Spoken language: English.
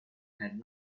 had